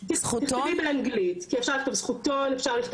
לא אפרת חכי יקירתי,